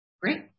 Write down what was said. Great